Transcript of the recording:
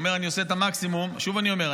והוא אומר "אני עושה את המקסימום" שוב אני אומר,